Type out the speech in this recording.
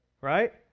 right